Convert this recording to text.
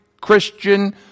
Christian